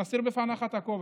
אני מסיר בפניך את הכובע.